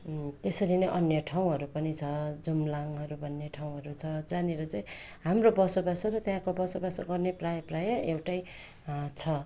त्यसरी नै अन्य ठाउँहरू पनि छ जुम्लाहरू भन्ने ठाउँहरू छ जहाँनिर चाहिँ हाम्रो बसोबासो र त्यहाँको बसोबासो गर्ने प्रायः प्रायः एउटै छ